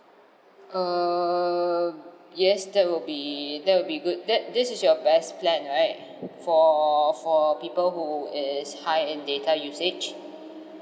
err yes that will be that will be good that this is your best plan right for for people who is high end data usage